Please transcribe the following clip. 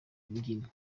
imbyino